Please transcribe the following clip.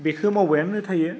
बेखौ मावबायानो थायो